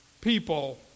people